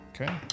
Okay